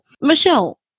Michelle